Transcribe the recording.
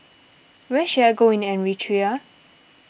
where should I go in Eritrea